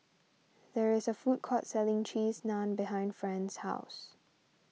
there is a food court selling Cheese Naan behind Fran's house